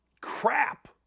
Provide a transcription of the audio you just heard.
crap